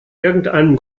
irgendeinem